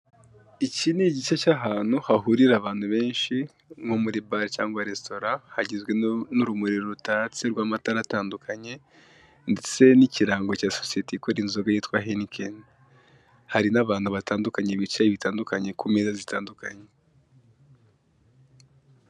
Iki ni igice cy'ahantu hahurira abantu benshi, nko muri bare cyangwa resitora. Hagizwe n'urumuri rutatse rw'amatara atandukanye, ndetse n'ikirango cya Henikeni.